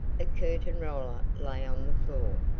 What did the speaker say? a curtain roller lay on the floor.